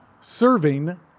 Serving